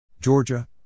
Georgia